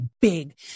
big